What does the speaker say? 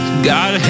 God